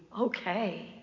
okay